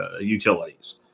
utilities